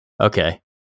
Okay